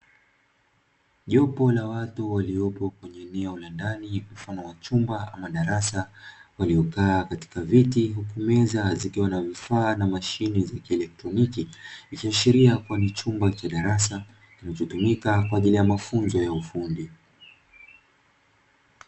Jopo la watu waliopo kwenye eneo la ndani mfano wa chumba ama darasa waliokaa katika viti, hukumeza zikiwa na vifaa na mashine za kielektroniki, ikiashiria kuwa ni chumba cha darasa kinachotumika kwa ajili ya mafunzo ya ufundi.